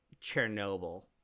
Chernobyl